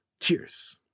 Cheers